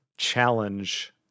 challenge